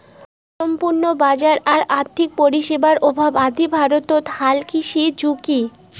অসম্পূর্ণ বাজার আর আর্থিক পরিষেবার অভাব আদি ভারতত হালকৃষির ঝুঁকি